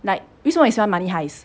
like 为什么你喜欢 money heist